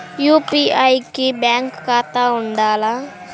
UPI కి bank ఖాతా ఉండాల?